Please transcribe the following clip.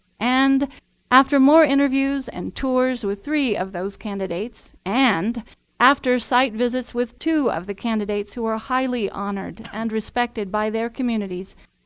and after more interviews and tours with three of those candidates, and after site visits with two of the candidates who are highly honored and respected by their communities,